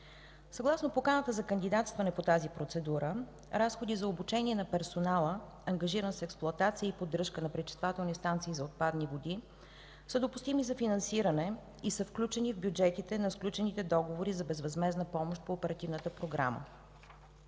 Съгласно поканата за кандидатстване по тази процедура разходи за обучение на персонала, ангажиран с експлоатация и поддръжка на пречиствателни станции за отпадни води, са допустими за финансиране и са включени в бюджетите на сключените договори за безвъзмездна помощ по оперативната програма.